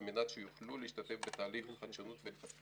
על מנת שיוכלו להשתתף בתהליכי החדשנות ולחזקם.